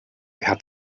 herr